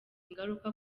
ingaruka